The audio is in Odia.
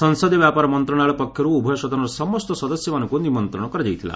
ସଂସଦୀୟ ବ୍ୟାପାର ମନ୍ତ୍ରଣାଳୟ ପକ୍ଷର୍ ଉଭୟ ସଦନର ସମସ୍ତ ସଦସ୍ୟମାନଙ୍କୁ ନିମନ୍ତ୍ରଣ କରାଯାଇଥିଲା